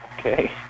Okay